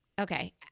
Okay